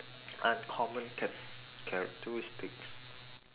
uncommon char~ characteristics